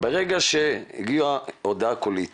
ברגע שהגיעה הודעה קולית